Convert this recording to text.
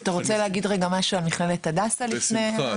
אתה רוצה רגע להגיד משהו על מכללת הדסה לפני?